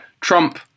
Trump